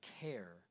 care